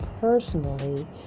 personally